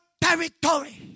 territory